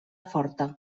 forta